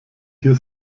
hier